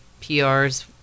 PRs